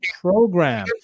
Program